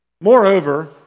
Moreover